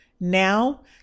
Now